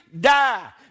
die